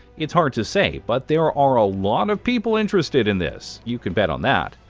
it's hard to say, but there are a lot of people interested in this, you can bet on that.